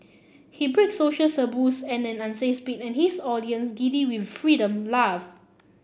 he breaks social taboos at an unsafe speed and his audience giddy with freedom laugh